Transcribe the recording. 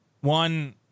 One